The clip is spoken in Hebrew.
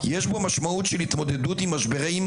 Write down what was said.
יש בו משמעות של התמודדות עם משברים,